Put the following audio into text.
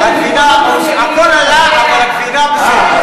הכול עלה, אבל הגבינה בסדר.